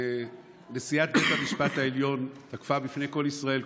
נשיאת בית המשפט העליון תקפה בפני כל ישראל,